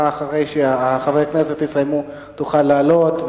אחרי שחברי הכנסת יסיימו תוכל לעלות,